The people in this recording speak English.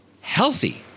Healthy